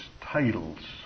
titles